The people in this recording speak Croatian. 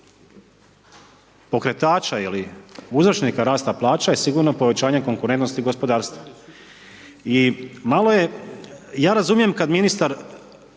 pokretača ili uzročnika rasta plaća je sigurno povećanje konkurentnosti gospodarstva. I malo je, ja razumijem kad ministar